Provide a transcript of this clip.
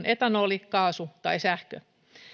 etanoli kaasu tai sähkö